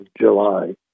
July